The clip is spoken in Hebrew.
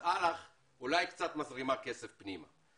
אז אל"ח אולי קצת מזרימה כסף פנימה.